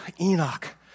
Enoch